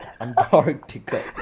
Antarctica